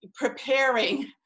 preparing